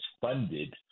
funded